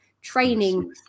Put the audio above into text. training